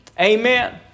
Amen